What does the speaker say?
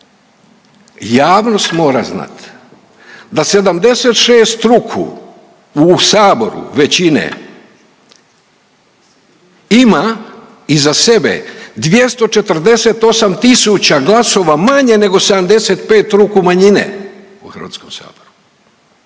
javnost mora znati da 76 ruku u saboru većine ima iza sebe 248 tisuća glasova manje nego 75 ruku manjine u Hrvatskom saboru.